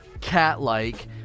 cat-like